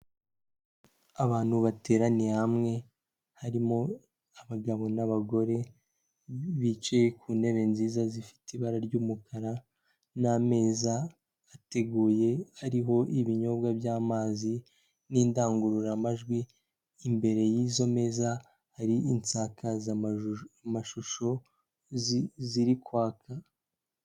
Abantu bateraniye hamwe harimo abagabo n'abagore, bicaye ku ntebe nziza zifite ibara ry'umukara n'ameza ateguye ariho ibinyobwa by'amazi n'indangururamajwi, imbere y'izo meza hari insakazamashusho ziri kwaka.